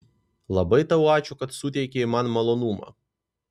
labai tau ačiū kad suteikei man malonumą